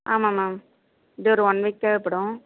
ஆமாம் மேம் எப்படியும் ஒரு ஒன் வீக் தேவைப்படும்